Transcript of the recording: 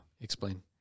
Explain